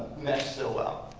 mesh so well.